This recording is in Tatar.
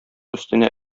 өстенә